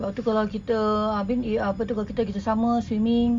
sebab tu kalau kita apa ni apa tu kalau kita kerjasama swimming